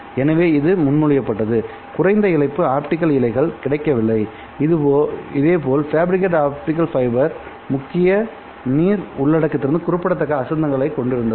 எனவே இது முன்மொழியப்பட்டது குறைந்த இழப்பு ஆப்டிகல் இழைகள் கிடைக்கவில்லைஇதேபோல் ஃபேபிரிகேட் ஆப்டிகல் ஃபைபர் முக்கியமாக நீர் உள்ளடக்கத்திலிருந்து குறிப்பிடத்தக்க அசுத்தங்களைக் கொண்டிருந்தது